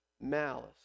malice